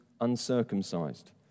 uncircumcised